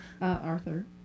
Arthur